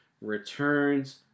returns